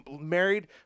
married